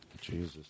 Jesus